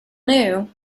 knew